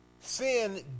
Sin